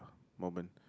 moment